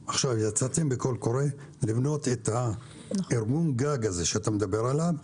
יצאתם עכשיו בקול קורא כדי לבנות את אותו ארגון גג הזה שאתה מדבר עליו,